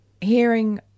hearing